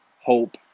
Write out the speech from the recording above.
Hope